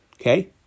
okay